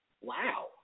wow